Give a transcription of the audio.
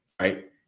right